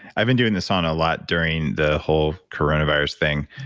i've been doing the sauna a lot during the whole coronavirus thing.